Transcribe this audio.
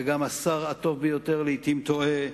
וגם השר הטוב ביותר לעתים טועה,